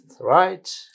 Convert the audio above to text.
right